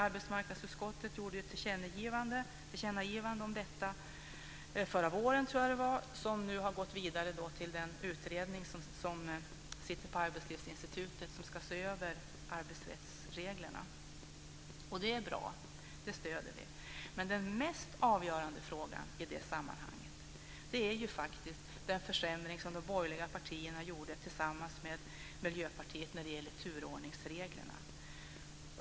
Arbetsmarknadsutskottet gjorde ett tillkännagivande om detta förra våren, tror jag, som nu har gått vidare till den utredning på Arbetslivsinstitutet som ska se över arbetsrättsreglerna. Det är bra, och det stöder vi. Men den mest avgörande frågan i detta sammanhang är faktiskt den försämring som de borgerliga partierna gjorde tillsammans med Miljöpartiet när det gäller turordningsreglerna.